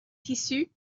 tissu